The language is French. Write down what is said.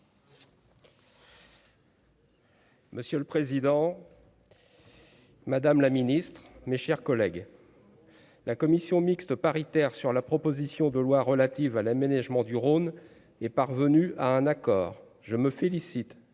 Monsieur le président. Madame la Ministre, mes chers collègues, la commission mixte paritaire sur la proposition de loi relative à l'aménagement du Rhône est parvenu à un accord, je me félicite